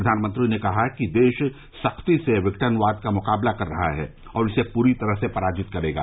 प्रधानमंत्री ने कहा कि देश सख्ती से विघटनवाद का मुकाबला कर रहा है और इसे पूरी तरह से पराजित करेगा